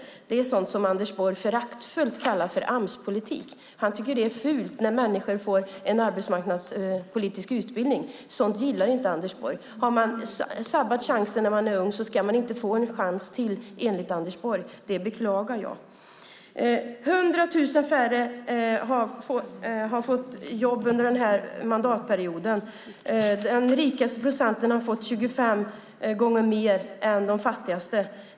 Det är sådant som Anders Borg föraktfullt kallar för Amspolitik. Han tycker att det är fult när människor får en arbetsmarknadspolitisk utbildning. Sådant gillar inte Anders Borg. Har man sabbat chansen när man är ung ska man inte få en chans till, enligt Anders Borg. Det beklagar jag. Det är 100 000 färre som har fått jobb under den här mandatperioden. Den rikaste procenten har fått 25 gånger mer än de fattigaste.